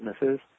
businesses